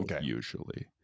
usually